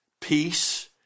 Peace